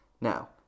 Now